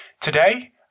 Today